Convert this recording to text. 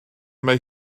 mae